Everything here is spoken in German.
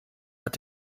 hat